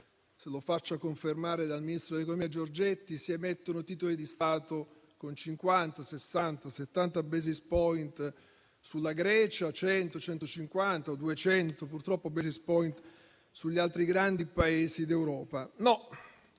se lo faccia confermare dal ministro dell'economia Giorgetti - si emettono titoli di Stato con 50, 60, 70 *basis point* sulla Grecia e 100, 150 o 200 (purtroppo) *basis point* sugli altri grandi Paesi d'Europa. La